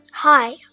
Hi